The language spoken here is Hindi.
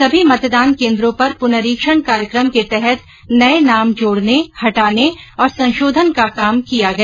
सभी मतदान केन्द्रों पर पुनरीक्षण कार्यक्रम के तहत नये नाम जोड़ने हटाने और संशोधन का काम किया गया